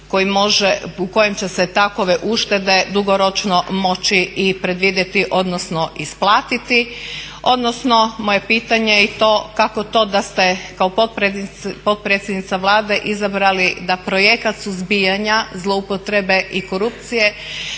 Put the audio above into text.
u kojem će se takve uštede dugoročno moći i predvidjeti odnosno isplatiti, odnosno moje pitanje je i to kako to da ste kao potpredsjednica Vlade izabrali da projekat suzbijanja zlouporabe i korupcije